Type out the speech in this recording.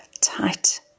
tight